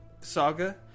saga